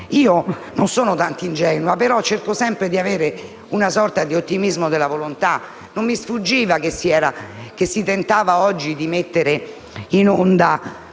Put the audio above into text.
Io non sono tanto ingenua, ma cerco sempre di avere una sorta di ottimismo della volontà. Non mi sfuggiva che oggi si sarebbe tentato di mettere in onda